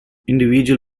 individual